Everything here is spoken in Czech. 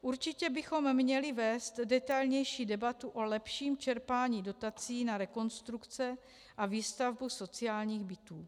Určitě bychom měli vést detailnější debatu o lepším čerpání dotací na rekonstrukce a výstavbu sociálních bytů.